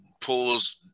pulls